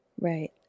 Right